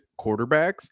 quarterbacks